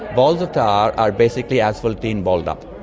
balls of tar are basically asphaltene balled up.